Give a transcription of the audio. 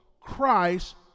Christ